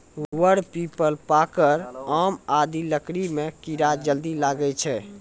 वर, पीपल, पाकड़, आम आदि लकड़ी म कीड़ा जल्दी लागै छै